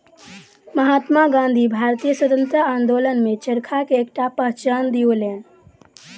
महात्मा गाँधी भारतीय स्वतंत्रता आंदोलन में चरखा के एकटा पहचान दियौलैन